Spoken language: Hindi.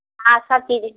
हाँ सब चीज